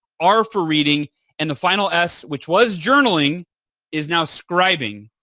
r for reading and the final s which was journaling is now scribing.